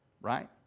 Right